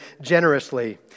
generously